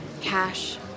Cash